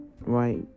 right